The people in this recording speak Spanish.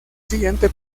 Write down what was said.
siguiente